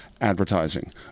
advertising